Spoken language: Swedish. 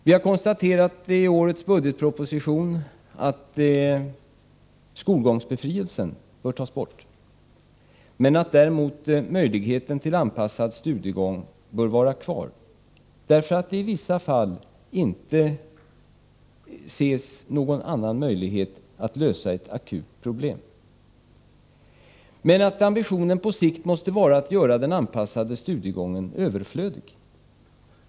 Vi har i årets budgetproposition konstaterat att möjligheten till skolgångsbefrielse bör tas bort men att däremot möjligheten till anpassad studiegång bör vara kvar. I vissa fall ser man nämligen inte någon annan möjlighet att lösa ett akut problem. Ambitionen måste dock på sikt vara att göra den anpassade studiegången överflödig.